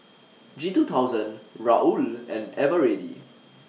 G two thousand Raoul and Eveready